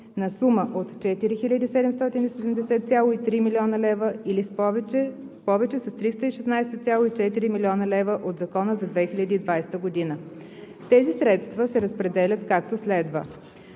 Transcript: на сума 4 770,3 млн. лв., или повече с 316,4 млн. лв. от закона за 2020 г. Тези средства се разпределят както следва: